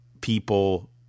people